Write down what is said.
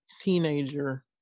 teenager